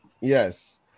yes